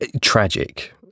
Tragic